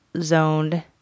zoned